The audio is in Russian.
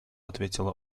ответила